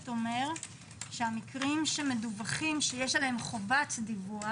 אומר שהמקרים שמדווחים שיש עליהם חובת דיווח